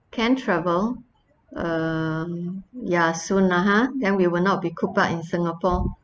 can travel um ya soon (uh huh) and we will not be cooped up in singapore